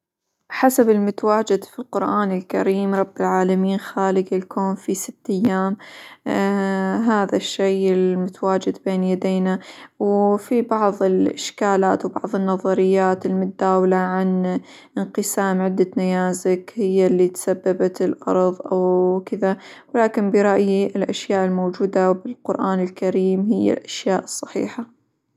حسب المتواجد في القرآن الكريم رب العالمين خالق الكون في ست أيام، هذا الشي المتواجد بين يدينا، وفيه بعظ الإشكالات، وبعظ النظريات المتداولة عن انقسام عدة نيازك هي اللي تسببت الأرظ، أو كذا، ولكن برأيي الأشياء الموجودة بالقرآن الكريم هي الأشياء الصحيحة.